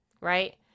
Right